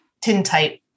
tintype